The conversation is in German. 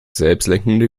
selbstlenkende